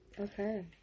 Okay